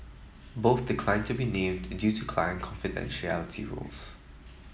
both declined to be named in due to client confidentiality rules